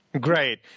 Great